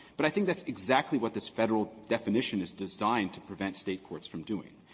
but i think that's exactly what this federal definition is designed to prevent state courts from doing.